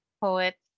Poet